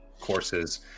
courses